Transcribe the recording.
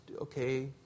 okay